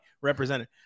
Represented